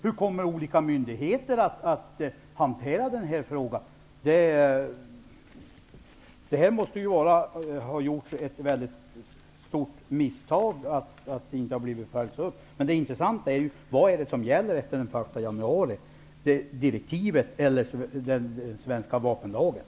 Hur kommer olika myndigheter att hantera den här frågan? Det måste ha gjorts ett väldigt stort misstag, eftersom det här inte har följts upp. Det intressanta är ändå: Vad är det som gäller efter den 1 januari, direktivet eller den svenska vapenlagen?